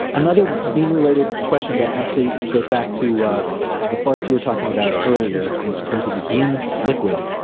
another bean related question that actually goes back to the farts you were talking about earlier, in terms of the bean liquid,